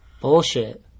Bullshit